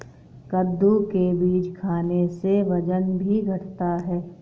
कद्दू के बीज खाने से वजन भी घटता है